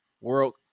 World